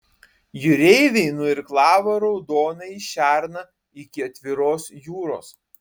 jūreiviai nuirklavo raudonąjį šerną iki atviros jūros